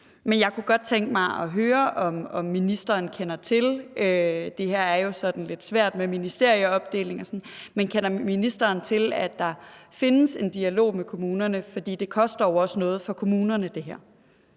Men jeg kunne godt tænke mig at høre noget, for det er jo sådan lidt svært med ministerieopdelingerne. Kender ministeren til, at der findes en dialog med kommunerne? For det her koster jo også noget for kommunerne. Kl.